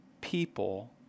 people